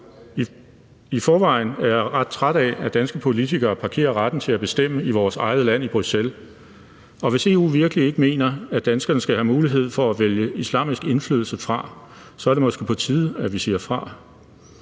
I forvejen er jeg ret træt af, at danske politikere parkerer retten til at bestemme i vores eget land i Bruxelles, og hvis EU virkelig ikke mener, at danskerne skal have mulighed for at vælge islamisk indflydelse fra, så er det måske på tide, at vi siger fra.